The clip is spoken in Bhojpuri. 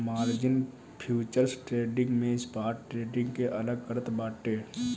मार्जिन फ्यूचर्स ट्रेडिंग से स्पॉट ट्रेडिंग के अलग करत बाटे